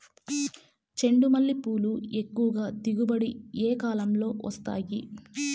చెండుమల్లి పూలు ఎక్కువగా దిగుబడి ఏ కాలంలో వస్తాయి